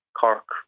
Cork